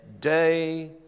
day